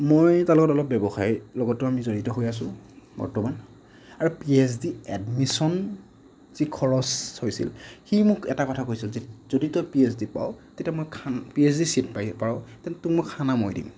মই তাৰ লগত অলপ ব্যৱসায় লগতো আমি জড়িত হৈ আছোঁ বৰ্তমান আৰু পি এইচ ডি এডমিচন যি খৰচ হৈছিল সি মোক এটা কথা কৈছিল যে যদি তই পি এইচ ডি পাৱ তেতিয়া মই খানা পি এইচ ডি ছিট পাৱ তেতিয়া তোক মই খানা মই দিম